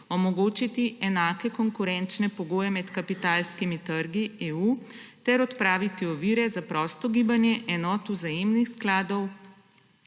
omogočiti enake konkurenčne pogoje med kapitalskimi trgi EU ter odpraviti ovire za prosto gibanje enot vzajemnih skladov